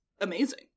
Amazing